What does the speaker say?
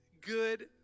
good